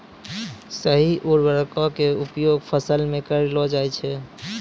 सही उर्वरको क उपयोग फसलो म करलो जाय छै